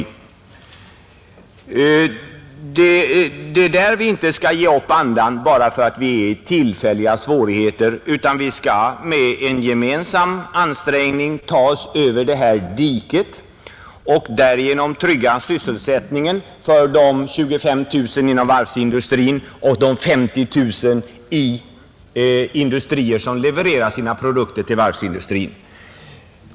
Vi bör inte ge upp andan för att vi är i tillfälliga svårigheter. Vi bör med en gemensam ansträngning ta oss över detta dike och därigenom trygga sysselsättningen för de 25 000 inom varvsindustrin och de 50 000 i industrier som levererar sina produkter till varvsindustrin.